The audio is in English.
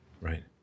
Right